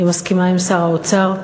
אני מסכימה עם שר האוצר: